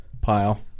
pile